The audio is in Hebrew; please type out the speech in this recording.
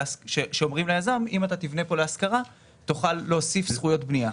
שאומרים ליזם אם אתה תבנה פה להשכרה תוכל להוסיף זכויות בניה.